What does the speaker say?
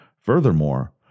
Furthermore